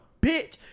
bitch